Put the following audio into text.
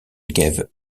gave